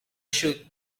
should